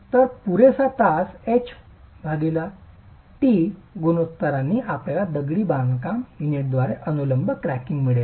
तर पुरेसा तास h t गुणोत्तरांनी आपल्याला दगडी बांधकाम युनिटद्वारे अनुलंब क्रॅकिंग मिळेल